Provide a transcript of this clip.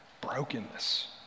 brokenness